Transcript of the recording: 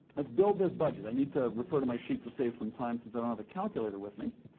let's build this budget. i need to refer to my sheets to save some time since i don't have a calculator with me.